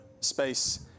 space